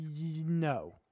no